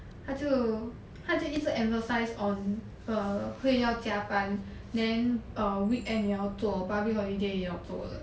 他就他就一直 emphasize on err 会要加班 then err weekend 也要做 public holiday 也要做的